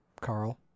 Carl